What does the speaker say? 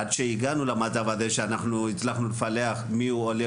עד שהגענו למצב הזה שאנחנו הצלחנו לפלח מי הוא עולה,